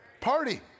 Party